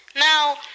Now